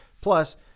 Plus